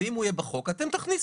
ואם הוא יהיה בחוק, אתם תכניסו.